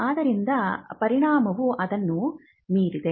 ಆದ್ದರಿಂದ ಪರಿಣಾಮವು ಅದನ್ನು ಮೀರಿದೆ